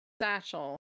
satchel